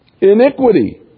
iniquity